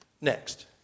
Next